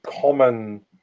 common